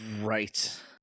Right